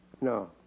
No